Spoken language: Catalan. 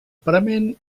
parament